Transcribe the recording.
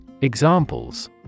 Examples